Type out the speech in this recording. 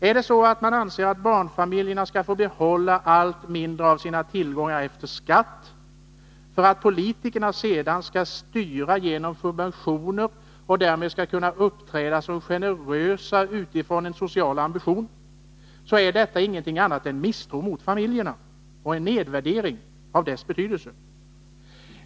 Är det så att man anser att barnfamiljerna skall få behålla allt mindre av sina tillgångar efter skatt, för att politikerna sedan skall styra genom subventioner och därmed skall kunna uppträda som generösa utifrån en social ambition, så är detta ingenting annat än en misstro mot familjen och en nedvärdering av dess betydelse.